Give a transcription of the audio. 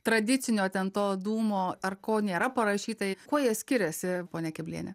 tradicinio ten to dūmo ar ko nėra parašytai kuo jie skiriasi ponia kebliene